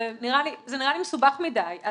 זה נראה לי מסובך מדיי.